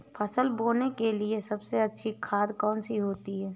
फसल बोने के लिए सबसे अच्छी खाद कौन सी होती है?